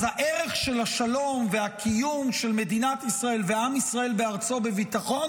אז הערך של השלום והקיום של מדינת ישראל ועם ישראל בארצו בביטחון